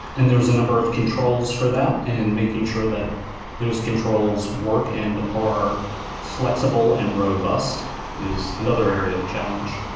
and there is a number of controls for that and making sure that those controls work and are flexible and robust is another area of challenge.